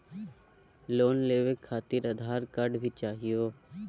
Loan लेवे खातिरआधार card भी चाहियो?